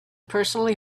personally